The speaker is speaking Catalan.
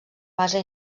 base